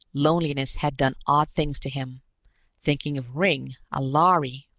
loneliness had done odd things to him thinking of ringg, a lhari,